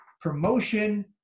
promotion